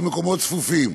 במקומות צפופים.